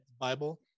Bible